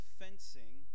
fencing